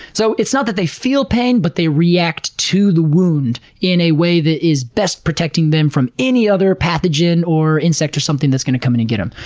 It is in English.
so, it's not like they feel pain, but they react to the wound in a way that is best protecting them from any other pathogen, or insect, or something that's gonna come in and get em.